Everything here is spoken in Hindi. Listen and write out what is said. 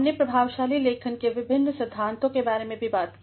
हमने प्रभावशाली लेखन के विभिन्नसिद्धांतो के बारे में भी बात की